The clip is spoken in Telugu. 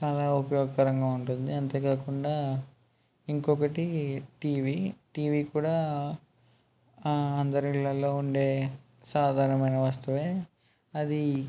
చాలా ఉపయోగకరంగా ఉంటుంది అంతే కాకుండా ఇంకొకటి టివి టివీ కూడా అందరి ఇళ్ళలో ఉండే సాధారణమైన వస్తువే అదీ